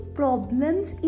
problems